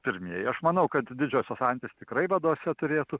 pirmieji aš manau kad didžiosios antys tikrai vadose turėtų